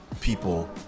people